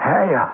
Hey